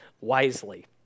wisely